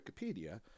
Wikipedia